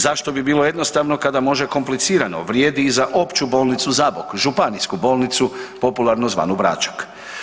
Zašto bi bilo jednostavno kada može komplicirano vrijedi za Ppću bolnicu Zabok, županijsku bolnicu, popularno zvano Bračak.